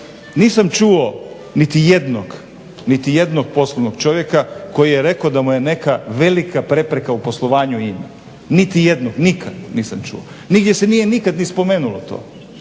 jednog, niti jednog poslovnog čovjeka koji je rekao da mu je neka velika prepreka u poslovanju ime. Niti jednog, nikad nisam čuo. Nigdje se nije nikad ni spomenulo to,